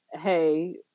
hey